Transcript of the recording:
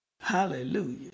Hallelujah